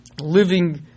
living